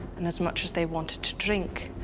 and as much as they wanted to drink.